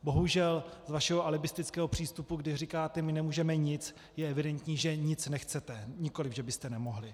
Bohužel z vašeho alibistického přístupu, kdy říkáte my nemůžeme nic, je evidentní, že nic nechcete, nikoliv že byste nemohli.